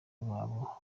babo